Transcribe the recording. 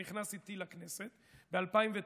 שנכנס איתי לכנסת ב-2009,